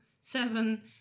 seven